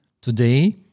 today